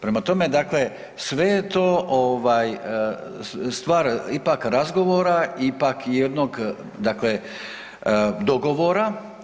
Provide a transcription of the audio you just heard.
Prema tome, dakle sve je to ovaj stvar ipak razgovora, ipak jednog dakle dogovora.